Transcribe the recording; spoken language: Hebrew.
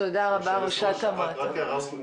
תודה רבה, ראשת המועצה.